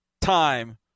time